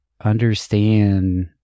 understand